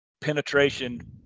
penetration